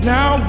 Now